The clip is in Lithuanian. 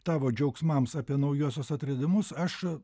tavo džiaugsmams apie naujuosius atradimus aš